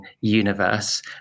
universe